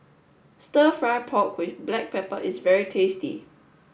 Stir Fry Pork with Black Pepper is very tasty